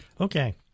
Okay